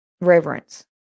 Reverence